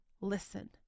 listen